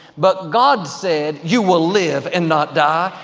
but god said, you will live and not die.